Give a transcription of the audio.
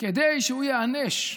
כדי שהוא ייענש.